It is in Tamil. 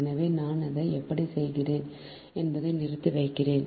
எனவே நான் அதை எப்படி செய்கிறேன் என்பதை நிறுத்தி வைக்கிறேன்